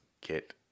get